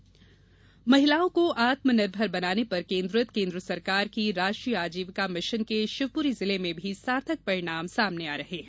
आजीविका मिशन महिलाओं को आत्मनिर्भर बनाने पर केन्द्रित केन्द्र सरकार की राष्ट्रीय आजीविका मिशन के शिवपुरी जिले में भी सार्थक परिणाम सामने आ रहे हैं